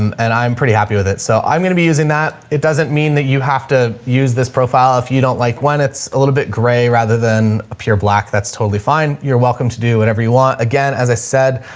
um and i'm pretty happy with it so i'm going to be using that. it doesn't mean that you have to use this profile if you don't like when it's a little bit gray rather than a pure black, that's totally fine. you're welcome to do whatever you want. again, as i said,